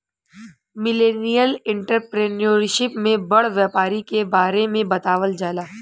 millennial entrepreneurship में बड़ व्यापारी के बारे में बतावल जाला